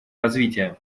развития